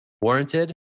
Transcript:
warranted